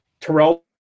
Terrell